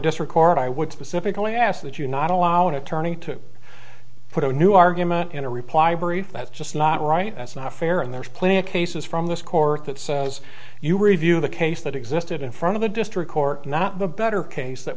record i would specifically ask that you not allow an attorney to put a new argument in a reply brief that's just not right that's not fair and there's plenty of cases from this court that says you review the case that existed in front of the district court not the better case that